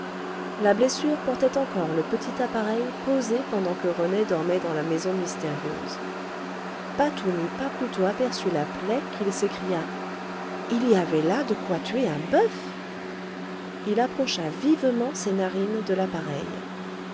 la blessure portait encore le petit appareil posé pendant que rené dormait dans la maison mystérieuse patou n'eut pas plutôt aperçu la plaie qu'il s'écria il y avait là de quoi tuer un boeuf il approcha vivement ses narines de l'appareil